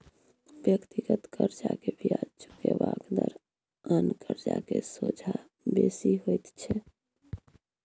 व्यक्तिगत कर्जा के बियाज चुकेबाक दर आन कर्जा के सोंझा बेसी होइत छै